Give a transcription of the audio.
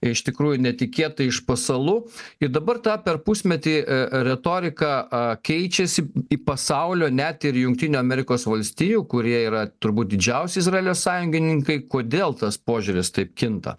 iš tikrųjų netikėtai iš pasalų ir dabar ta per pusmetį retorika keičiasi į pasaulio net ir jungtinių amerikos valstijų kurie yra turbūt didžiausi izraelio sąjungininkai kodėl tas požiūris taip kinta